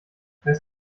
weiß